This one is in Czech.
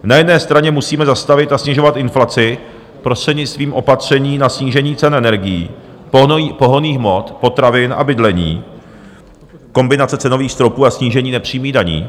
Na jedné straně musíme zastavit a snižovat inflaci prostřednictvím opatření na snížení cen energií, pohonných hmot, potravin a bydlení, kombinace cenových stropů a snížení nepřímých daní.